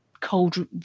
cold